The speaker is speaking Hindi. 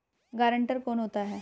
गारंटर कौन होता है?